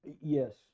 yes